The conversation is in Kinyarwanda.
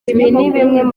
imbere